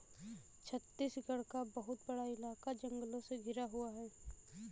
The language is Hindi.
छत्तीसगढ़ का बहुत बड़ा इलाका जंगलों से घिरा हुआ है